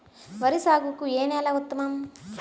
వరి సాగుకు ఏ నేల ఉత్తమం?